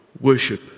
worship